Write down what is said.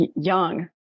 young